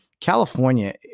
California